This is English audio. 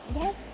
Yes